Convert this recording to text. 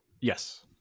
yes